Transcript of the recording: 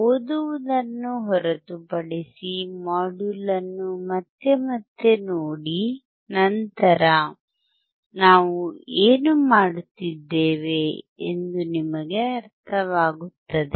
ಓದುವುದನ್ನು ಹೊರತುಪಡಿಸಿ ಮಾಡ್ಯೂಲ್ ಅನ್ನು ಮತ್ತೆ ಮತ್ತೆ ನೋಡಿ ನಂತರ ನಾವು ಏನು ಮಾಡುತ್ತಿದ್ದೇವೆ ಎಂದು ನಿಮಗೆ ಅರ್ಥವಾಗುತ್ತದೆ